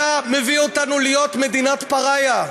אתה מביא אותנו להיות מדינת פַּריה,